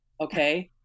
Okay